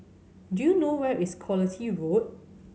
do you know where is Quality Road